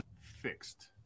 fixed